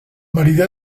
meridià